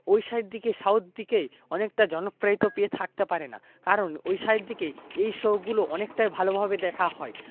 ওই সাইড দিকে সাউথের দিকে অনেকটা জনপ্রিয়তা পেয়ে থাকতে পারে না কারণ ওই সাইডের দিকে এই শোগুলো অনেকটাই ভালোভাবে দেখা হয়